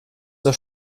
zur